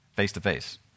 face-to-face